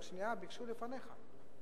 רק שנייה, ביקשו לפניך.